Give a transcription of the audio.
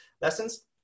lessons